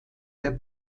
der